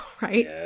right